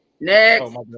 Next